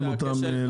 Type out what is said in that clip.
אתם מסכימים לזה?